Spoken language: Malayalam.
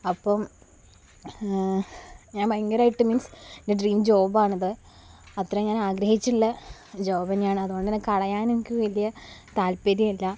അപ്പം ഞാന് ഭയങ്കരമായിട്ട് മീന്സ് എന്റെ ഡ്രീം ജോബ് ആണ് അത് അത്രയും ഞാന് ആഗ്രഹിച്ചുള്ള ഒരു ജോബ് തന്നെയാണ് അതുകൊണ്ട് തന്നെ കളയാന് എനിക്ക് വലിയ താല്പര്യമില്ല